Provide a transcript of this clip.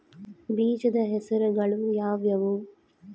ಬೇಜದ ಹೆಸರುಗಳು ಯಾವ್ಯಾವು?